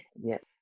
Yes